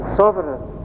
sovereign